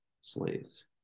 slaves